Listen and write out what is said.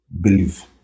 believe